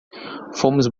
fomos